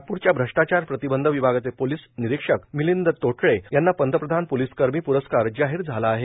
नागप्रच्या अष्ट्राचार प्रतिबंध विभागाचे पोलीस निरीक्षक मिलिंद तोटरे यांना पंतप्रधान पोलीसकर्मी पुरस्कार जाहीर झाला आहे